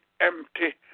empty